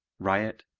riot,